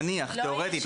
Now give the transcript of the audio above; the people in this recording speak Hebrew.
נניח תיאורטית,